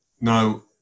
Now